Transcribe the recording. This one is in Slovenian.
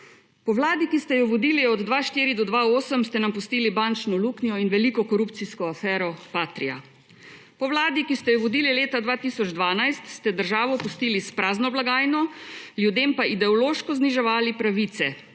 Po vladi, ki ste jo vodili od 2004 do 2008, ste nam pustili bančno luknjo in veliko korupcijsko afero Patria. Po vladi, ki ste jo vodili leta 2012, ste državo pustili s prazno blagajno, ljudem pa ideološko zniževali pravice